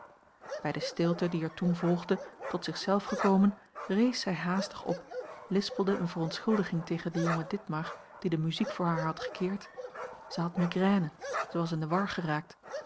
bij de stilte die er toen volgde tot zich zelf gekomen rees zij haastig op lispelde eene verontschuldiging tegen den jongen ditmar die de muziek voor haar had gekeerd zij had migraine zij was in de war geraakt